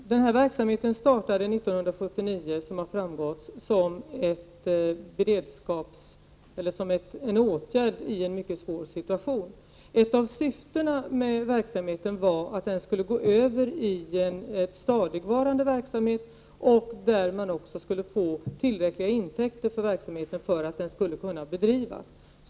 Herr talman! Den här verksamheten startade 1979, som en åtgärd i en mycket svår situation. Ett av syftena med verksamheten var att den skulle gå över i stadigvarande verksamhet där man också skulle få tillräckliga intäkter för att verksamheten skulle kunna bedrivas.